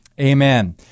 amen